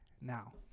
now